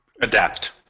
Adapt